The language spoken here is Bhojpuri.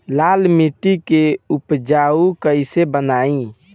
लाल मिट्टी के उपजाऊ कैसे बनाई?